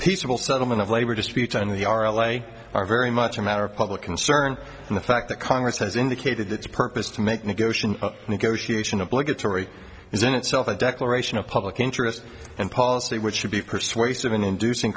peaceable settlement of labor disputes and the are away are very much a matter of public concern and the fact that congress has indicated that the purpose to make negotiation negotiation obligatory is in itself a declaration of public interest and policy which should be persuasive in inducing